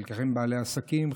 חלקכם בעלי עסקים,